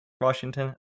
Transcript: Washington